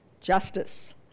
Justice